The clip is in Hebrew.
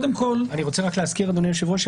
אני רוצה להזכיר, אדוני היושב-ראש,